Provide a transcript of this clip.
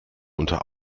unter